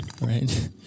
right